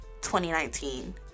2019